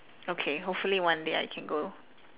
okay hopefully one day I can go